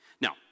Now